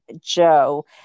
Joe